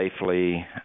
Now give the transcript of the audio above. safely